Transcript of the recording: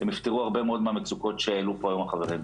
הן יפתרו הרבה מהצוקות שהעלו פה היום החברים.